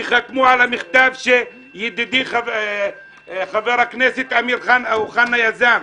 שחתמו על המכתב שידידי חבר הכנסת אמיר אוחנה יזם,